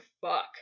fuck